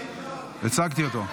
הצגתי אותו.